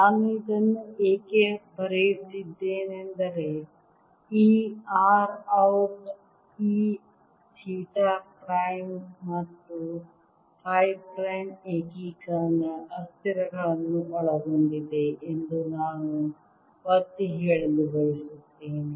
ನಾನು ಇದನ್ನು ಏಕೆ ಬರೆಯುತ್ತಿದ್ದೇನೆಂದರೆ ಈ R ಔಟ್ ಈ ಥೀಟಾ ಪ್ರೈಮ್ ಮತ್ತು ಫೈ ಪ್ರೈಮ್ ಏಕೀಕರಣ ಅಸ್ಥಿರಗಳನ್ನು ಒಳಗೊಂಡಿದೆ ಎಂದು ನಾನು ಒತ್ತಿ ಹೇಳಲು ಬಯಸುತ್ತೇನೆ